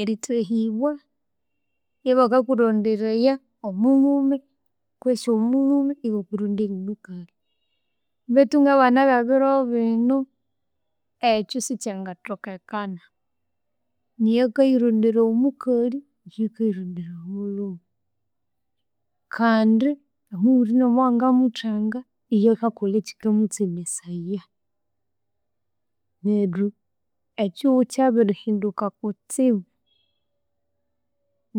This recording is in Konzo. Erithahibwa ibakakuronderaya omulhume kutse omulhume ibakuronderya omukalhi bethu ngabana bebiro binu ekyu sikyangathokekana. Niyo akayironderaya omukalhi, niyo akayironderaya omulhumi. Kandi omubuthi ngomuwangamuthanga, iyo akakolha ekyikamutsemesaya. Neryu ekyihughu kybirihinduka kutsibu.